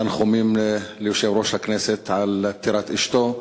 תנחומים ליושב-ראש הכנסת על פטירת אשתו.